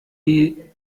die